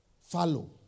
follow